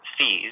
fees